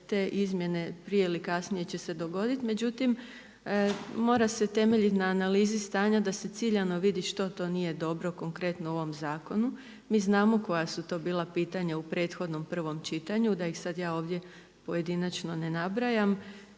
te izmjene prije ili kasnije će se dogoditi, međutim mora se temeljiti na analizi stanja da se ciljano vidi što to nije dobro, konkretno u ovom zakonu. Mi znamo koja su to bila pitanja u prethodnom prvom čitanju, da ih sada ja ovdje pojedinačno ne nabrajam.